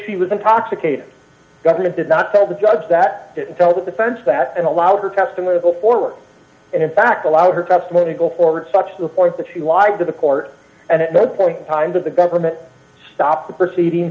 she was intoxicated government did not tell the judge that didn't tell the defense that and allowed her customers go forward and in fact allowed her testimony go forward such to the point that she lied to the court and it would point in time that the government stopped the proceedings